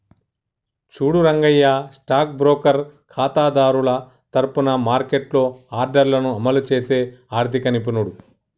చూడు Rangayya stock broker ఖాతాదారుల తరఫున మార్కెట్లో ఆర్డర్లను అమలు చేసే ఆర్థిక నిపుణుడు